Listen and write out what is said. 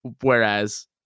Whereas